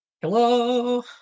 Hello